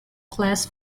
class